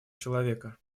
человека